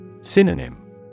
Synonym